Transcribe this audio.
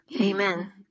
Amen